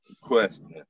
question